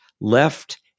left